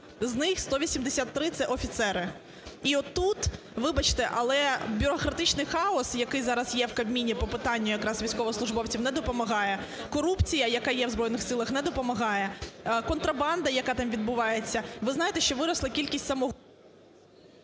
З них 183 – це офіцери. І от тут, вибачте, але бюрократичний хаос, який зараз є в Кабміні по питанню якраз військовослужбовців, не допомагає. Корупція, яка є в Збройних Силах, не допомагає. Контрабанда, яка там відбувається. Ви знаєте, що виросла кількість…